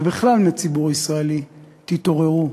ובכלל מהציבור הישראלי: תתעוררו.